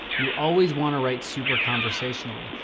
you always want to write super conversationally.